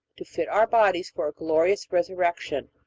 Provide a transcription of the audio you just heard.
to fit our bodies for a glorious resurrection.